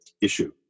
issue